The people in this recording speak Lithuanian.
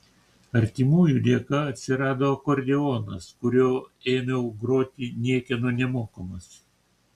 artimųjų dėka atsirado akordeonas kuriuo ėmiau groti niekieno nemokomas